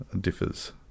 differs